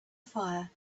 fire